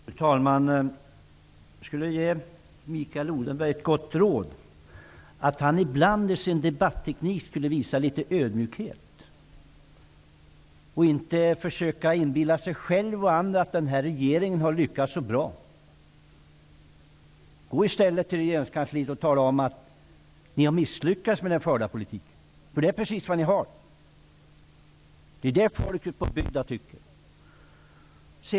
Fru talman! Jag vill ge Mikael Odenberg ett gott råd. Han borde ibland i sin debatteknik visa litet ödmjukhet och inte försöka inbilla sig själv och andra att den här regeringen har lyckats bra. Gå i stället till regeringskansliet och tala om att regeringen har misslyckats med den förda politiken! Det är precis vad ni har gjort. Det är vad folk på bygden tycker.